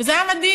וזה היה מדהים,